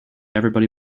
everybody